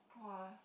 !wah!